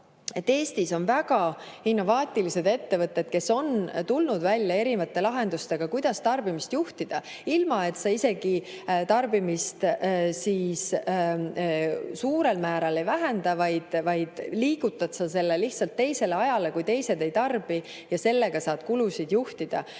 et Eestis on väga innovaatilised ettevõtted, kes on tulnud välja lahendustega, kuidas tarbimist juhtida. Tarbimist isegi suurel määral ei vähendata, vaid liigutatakse see lihtsalt teisele ajale, kui teised ei tarbi. Nii saab kulusid juhtida.